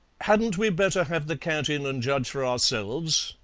hadn't we better have the cat in and judge for ourselves?